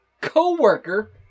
co-worker